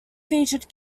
featured